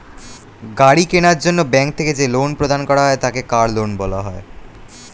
গাড়ি কেনার জন্য ব্যাঙ্ক থেকে যে লোন প্রদান করা হয় তাকে কার লোন বলা হয়